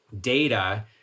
data